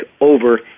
over